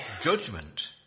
judgment